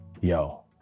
yo